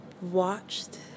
watched